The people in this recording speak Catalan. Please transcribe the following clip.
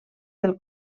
del